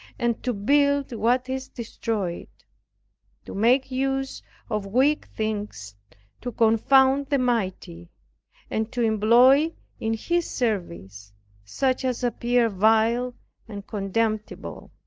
and to build what is destroyed to make use of weak things to confound the mighty and to employ in his service such as appear vile and contemptible.